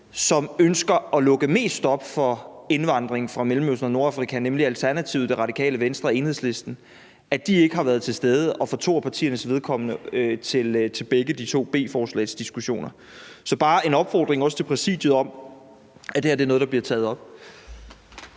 som ønsker at lukke mest op for indvandring fra Mellemøsten og Nordafrika, nemlig Alternativet, Radikale Venstre og Enhedslisten, ikke har været til stede, og for to af de partiers vedkommende drejer det sig om begge de to beslutningsforslagsdiskussioner. Så det er også bare en opfordring til Præsidiet om, at det her er noget, der bliver taget op.